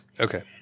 okay